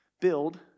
build